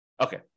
Okay